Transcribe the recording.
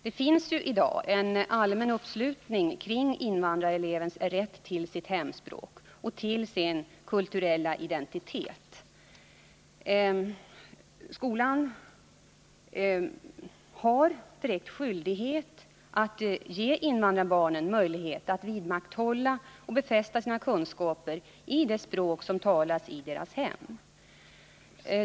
Det finns i dag en allmän uppslutning kring invandrarelevernas rätt till sitt hemspråk och till sin kulturella identitet. Skolan har skyldighet att ge invandrarbarnen möjlighet att vidmakthålla och befästa sina kunskaper i det språk som talas i deras hem.